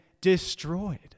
destroyed